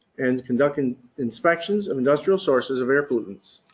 and conduct and inspections of industrial sources of air pollutants.